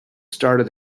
started